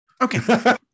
Okay